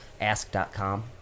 ask.com